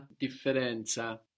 differenza